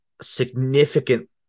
significant